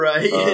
Right